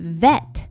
vet